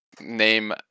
name